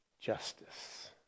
justice